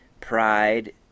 pride